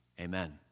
Amen